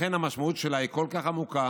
לכן המשמעות שלה היא כל כך עמוקה